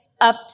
up